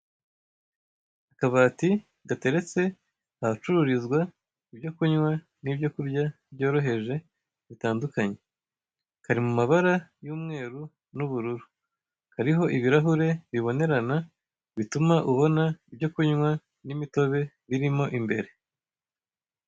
Akabati gateretse ahacururizwa ibyo kunywa n'ibyo kurya byoroheje bitandukanye, kari mu mabara y'umweru n'ubururu, kariho ibirahure bibonerana bituma unona ibyo kunywa n'imitobe birimo imbere.